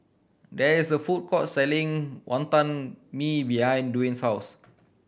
there is a food court selling Wonton Mee behind Dwane's house